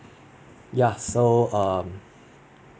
ya so um